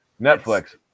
Netflix